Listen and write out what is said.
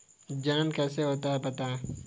जनन कैसे होता है बताएँ?